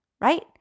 right